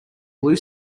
blue